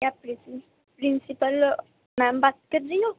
کیا آپ principal ma'am بات کر رہی ہو